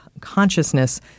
consciousness